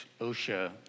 OSHA